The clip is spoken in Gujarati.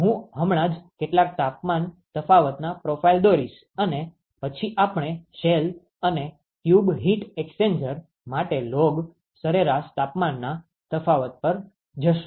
હું હમણાં જ કેટલાક તાપમાન તફાવતના પ્રોફાઇલ દોરીશ અને પછી આપણે શેલ અને ટ્યુબ હીટ એક્સ્ચેન્જર માટે લોગ સરેરાસ તાપમાનના તફાવત પર જશું